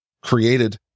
created